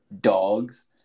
dogs